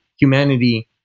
humanity